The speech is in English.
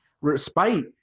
respite